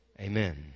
Amen